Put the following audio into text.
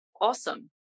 awesome